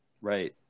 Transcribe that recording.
Right